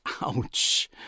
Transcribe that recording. Ouch